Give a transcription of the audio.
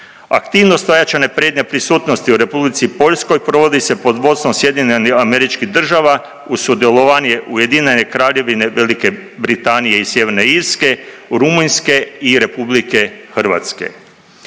Aktivnost ojačane prednje prisutnosti u Republici Poljskoj provodi se pod vodstvom SAD-a uz sudjelovanje Ujedinjene Kraljevine Velike Britanije i Sjeverne Irske, Rumunjske i Republike Hrvatske.